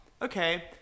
okay